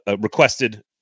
requested